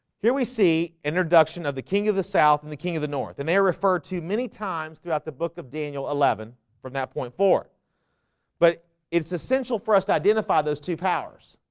here we see introduction of the king of the south and the king of the north and they referred to many times throughout the book of dan eleven from that point forward but it's essential for us to identify those two powers.